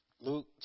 Luke